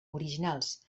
originals